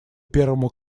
первому